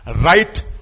right